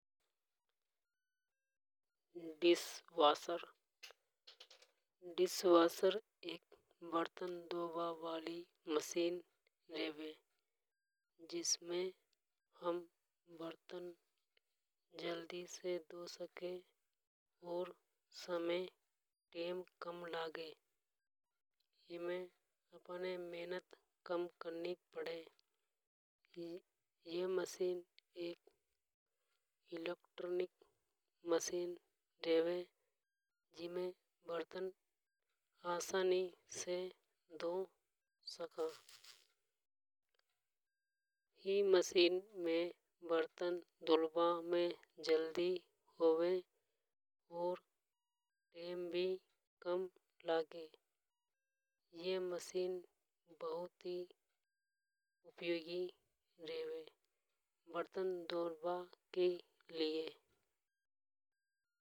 Dishwater dishwasher एक बरतन धोबा कि मशीन रेवे। जिसमें हम बरतन जल्दी से धो सके और टैम कम लागे। एमे अपने मेहनत कम करनी पड़े। यह एक इलेक्ट्रॉनिक मशीन रेवे। जीमे बरतन आसानी से धो सका। ई मशीन में बरतन धोबा में जल्दी होवे और टैम भी कम लागे। यह मशीन बहुत ही उपयोगी रेवे। बरतन धोबा के लिए।